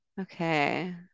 Okay